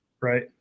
right